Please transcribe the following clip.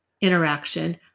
interaction